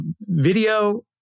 video